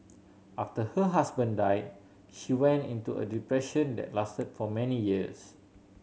after her husband died she went into a depression that lasted for many years